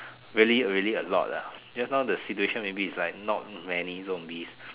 really really a lot lah just now the situation is like not many zombies